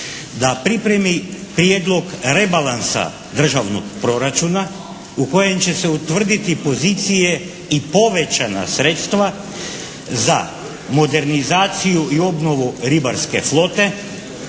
da pripremi Prijedlog rebalansa Državnog proračuna u kojem će se utvrditi pozicije i povećana sredstva za modernizaciju i obnovu ribarske flote,